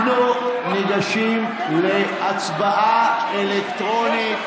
אנחנו ניגשים להצבעה אלקטרונית.